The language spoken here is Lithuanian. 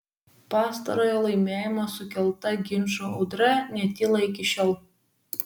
pastarojo laimėjimo sukelta ginčų audra netyla iki šiol